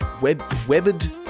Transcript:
webbed